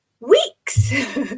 weeks